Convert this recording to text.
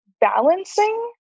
balancing